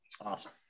awesome